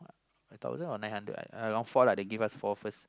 a thousand or nine hundred lah around four they give us four first